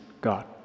God